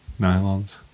Nylons